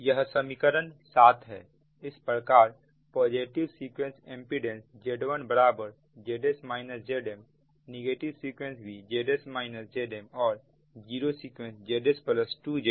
यह समीकरण 7 है इस प्रकार पॉजिटिव सीक्वेंस इंपीडेंस Z1 बराबर Zs Zmनेगेटिव सीक्वेंस भी Zs Zm है और जीरो सीक्वेंस Zs2Zmहै